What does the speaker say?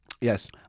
Yes